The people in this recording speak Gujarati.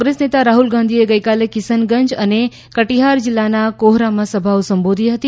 કોંગ્રેસ નેતા રાહ્લ ગાંધીએ ગઇકાલે કિસનગંજ અને કટિહાર જિલ્લાના કોહડામાં સભાઓ સંબોધી હતી